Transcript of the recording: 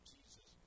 Jesus